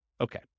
Okay